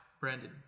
Brandon